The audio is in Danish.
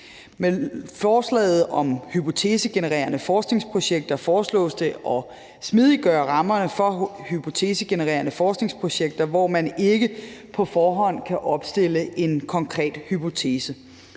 Med forslaget om hypotesegenererende forskningsprojekter foreslås det at smidiggøre rammerne for hypotesegenererende forskningsprojekter, hvor man ikke på forhånd kan opstille en konkret hypotese.